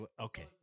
okay